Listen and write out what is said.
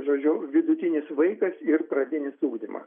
žodžiu vidutinis vaikas ir pradinis ugdymas